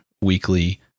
weekly